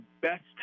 best